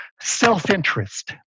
self-interest